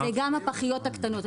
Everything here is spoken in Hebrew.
זה גם הפחיות הקטנות.